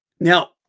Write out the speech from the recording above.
Now